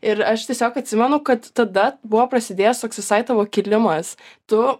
ir aš tiesiog atsimenu kad tada buvo prasidėjęs toks visai tavo kilimas tu